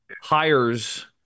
hires